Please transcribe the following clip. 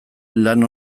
lan